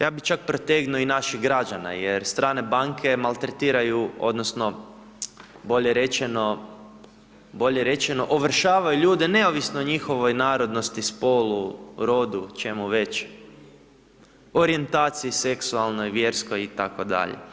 Ja bi čak protegnuo i naših građana jer strane banke maltretiraju odnosno bolje rečeno, ovršavaju ljude neovisno o njihovoj narodnosti, spolu, rodu, čemu već, orijentaciji seksualnoj, vjerskoj itd.